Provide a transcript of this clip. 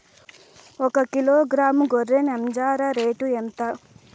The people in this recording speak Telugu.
ఒకకిలో గ్రాము గొర్రె నంజర రేటు ఎంత?